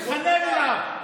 התחנן אליו,